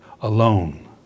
alone